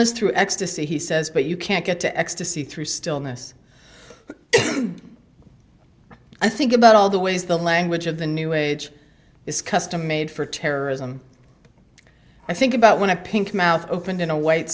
through ecstasy he says but you can't get to ecstasy through stillness i think about all the ways the language of the new age is custom made for terrorism i think about when a pink mouth opened in a white